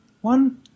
one